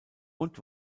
und